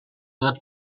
der